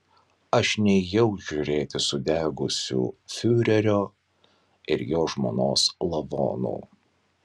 aš nėjau žiūrėti sudegusių fiurerio ir jo žmonos lavonų